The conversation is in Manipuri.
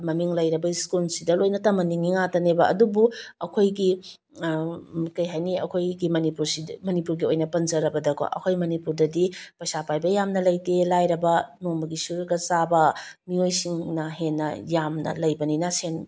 ꯃꯃꯤꯡ ꯂꯩꯔꯕ ꯁ꯭ꯀꯨꯜ ꯁꯤꯗ ꯂꯣꯏꯅ ꯇꯝꯍꯟꯅꯤꯡꯉꯤ ꯉꯥꯛꯇꯅꯦꯕ ꯑꯗꯨꯕꯨ ꯑꯩꯈꯣꯏꯒꯤ ꯀꯩꯍꯥꯏꯅꯤ ꯑꯩꯈꯣꯏꯒꯤ ꯃꯅꯤꯄꯨꯔꯁꯤꯗ ꯃꯅꯤꯄꯨꯔꯒꯤ ꯑꯣꯏꯅ ꯄꯝꯖꯔꯕꯗꯀꯣ ꯑꯩꯈꯣꯏ ꯃꯅꯤꯄꯨꯔꯗꯗꯤ ꯄꯩꯁꯥ ꯄꯥꯏꯕ ꯌꯥꯝꯅ ꯂꯩꯇꯦ ꯂꯥꯏꯔꯕ ꯅꯣꯡꯃꯒꯤ ꯁꯨꯔꯒ ꯆꯥꯕ ꯃꯤꯑꯣꯏꯁꯤꯡꯅ ꯍꯦꯟꯅ ꯌꯥꯝꯅ ꯂꯩꯕꯅꯤꯅ ꯁꯦꯟ